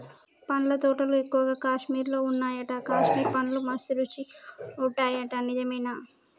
పండ్ల తోటలు ఎక్కువగా కాశ్మీర్ లో వున్నాయట, కాశ్మీర్ పండ్లు మస్త్ రుచి ఉంటాయట నిజమేనా